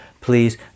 please